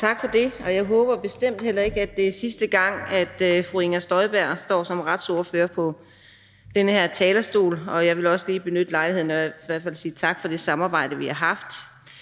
Tak for det. Jeg håber bestemt heller ikke, at det er sidste gang, fru Inger Støjberg står som retsordfører på den her talerstol. Og jeg vil også lige benytte lejligheden til at sige tak for det samarbejde, vi har haft.